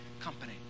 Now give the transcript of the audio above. company